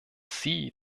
sie